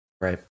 Right